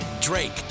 Drake